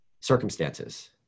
circumstances